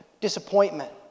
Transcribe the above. disappointment